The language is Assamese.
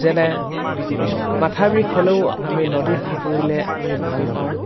যেনে মাথাৰ বিষ হ'লেও আমি নদীত সাঁতুৰিলে আমি ভাল পাওঁ